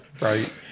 Right